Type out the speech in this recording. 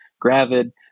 gravid